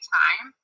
time